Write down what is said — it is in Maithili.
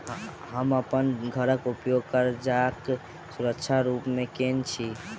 हम अप्पन घरक उपयोग करजाक सुरक्षा रूप मेँ केने छी